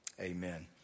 Amen